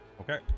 Okay